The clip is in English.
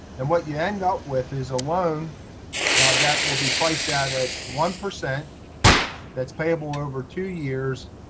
and what you end up with is a loan that will be priced out at one percent that's payable over two years.